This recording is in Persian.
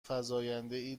فزایندهای